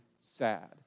sad